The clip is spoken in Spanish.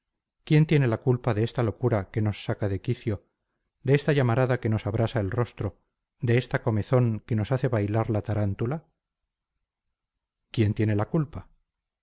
quién tiene la culpa de esta locura que nos saca de quicio de esta llamarada que nos abrasa el rostro de esta comezón que nos hace bailar la tarántula quién tiene la culpa